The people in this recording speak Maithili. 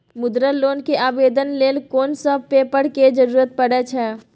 मुद्रा लोन के आवेदन लेल कोन सब पेपर के जरूरत परै छै?